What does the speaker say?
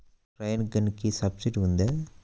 Rain గన్కి subsidy ఉందా?